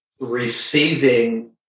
Receiving